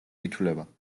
ითვლება